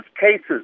cases